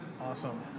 Awesome